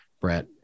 Brett